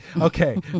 Okay